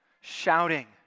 shouting